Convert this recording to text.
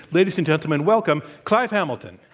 ladies and gentlemen, welcome clive hamilton.